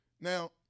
Now